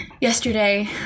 yesterday